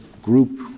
group